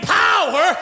power